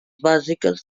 bàsiques